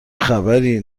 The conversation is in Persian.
خبری